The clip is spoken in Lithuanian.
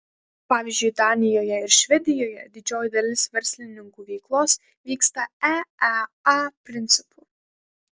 pavyzdžiui danijoje ir švedijoje didžioji dalis verslininkų veiklos vyksta eea principu